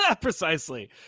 precisely